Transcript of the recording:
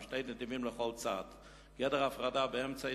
עם שני נתיבים בכל צד וגדר הפרדה באמצע,